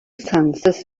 census